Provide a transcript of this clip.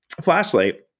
flashlight